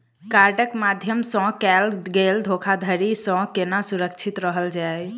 कार्डक माध्यम सँ कैल गेल धोखाधड़ी सँ केना सुरक्षित रहल जाए?